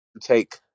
Take